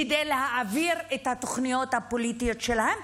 כדי להעביר את התוכניות הפוליטיות שלהם,